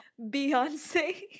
Beyonce